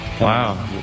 Wow